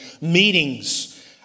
meetings